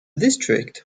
district